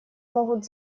могут